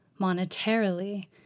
monetarily